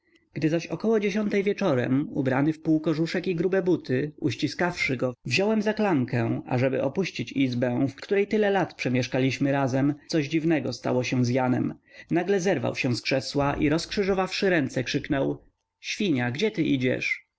zaś około dziesiątej wieczorem ubrany w półkożuszek i grube buty uściskawszy go wziąłem za klamkę ażeby opuścić izbę w której tyle lat przemieszkaliśmy razem coś dziwnego stało się z janem nagle zerwał się z krzesła i rozkrzyżowawszy ręce krzyknął świnia gdzie ty idziesz